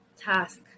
task